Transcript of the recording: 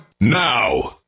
now